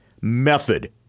method